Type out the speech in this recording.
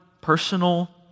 personal